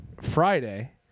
Friday